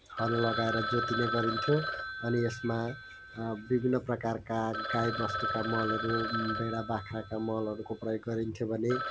हलो लगाएर जोतिने गरिन्थ्यो अनि यसमा विभिन्न प्रकारका गाई बस्तुका मलहरू भेडा बाख्राका मलहरूको प्रयोग गरिन्थ्यो भने